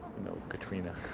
you know, katrina.